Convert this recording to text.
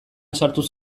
sartuz